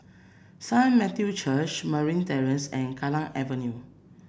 Saint Matthew Church Marine Terrace and Kallang Avenue